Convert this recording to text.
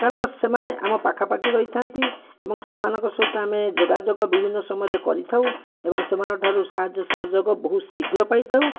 କାରଣ ସେମାନେ ଆମ ପାଖାପାଖି ରହିଥାନ୍ତି ଏବଂ ସେମାନଙ୍କ ସହିତ ଆମେ ଯୋଗାଯୋଗ ବିଭିନ୍ନ ସମୟରେ କରିଥାଉ ଏବଂ ସେମାନଙ୍କଠାରୁ ସାହାଯ୍ୟ ସହଯୋଗ ବହୁତ ଶୀଘ୍ର ପାଇଥାଉ